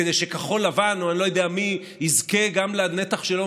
כדי שכחול לבן או אני לא יודע מי יזכו גם לנתח שלהם